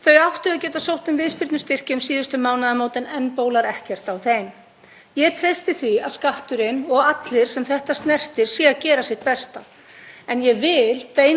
Ég vil beina því til forseta að hlutast til um að þeim fyrirtækjum úr þessum hópi sem hafa gefist upp á síðustu vikum og mánuðum verði hjálpað til að koma undir sig fótum á ný.